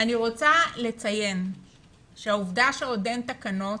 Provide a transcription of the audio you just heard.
אני רוצה לציין שהעובדה שעוד אין תקנות